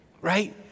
right